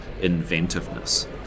inventiveness